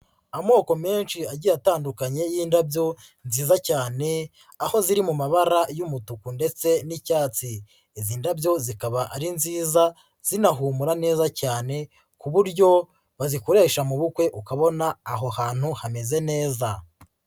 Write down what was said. Amoko menshi agiye atandukanye y'indabyo nziza cyane aho ziri mu mabara y'umutuku ndetse n'icyatsi, izi ndabyo zikaba ari nziza zinahumura neza cyane, ku buryo bazikoresha mu bukwe ukabona aho hantu hameze neza.